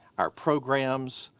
our programs,